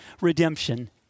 redemption